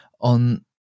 On